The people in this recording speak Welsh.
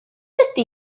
ydy